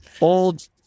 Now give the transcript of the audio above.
old